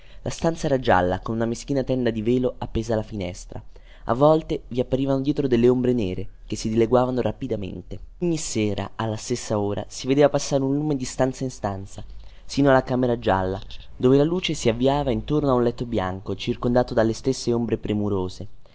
la stanza era gialla con una meschina tenda di velo appesa alla finestra a volte vi apparivano dietro delle ombre nere che si dileguavano rapidamente ogni sera alla stessa ora si vedeva passare un lume di stanza in stanza sino alla camera gialla dove la luce si avvivava intorno a un letto bianco circondato dalle stesse ombre premurose